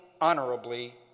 honorably